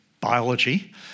biology